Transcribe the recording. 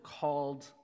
called